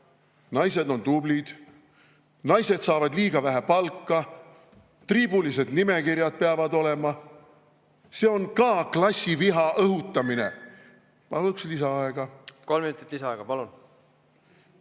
naised on tublid, naised saavad liiga vähe palka, triibulised nimekirjad peavad olema. See on ka klassiviha õhutamine. Paluksin lisaaega. Kolm minutit lisaaega, palun!